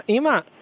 imma!